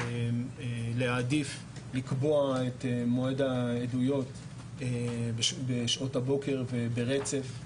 להעדיף לקבוע את מועד העדויות בשעות הבוקר וברצף,